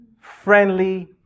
friendly